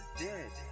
dead